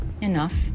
Enough